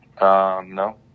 No